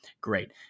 great